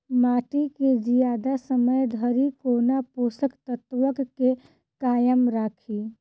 माटि केँ जियादा समय धरि कोना पोसक तत्वक केँ कायम राखि?